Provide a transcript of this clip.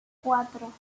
cuatro